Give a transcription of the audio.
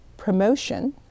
Promotion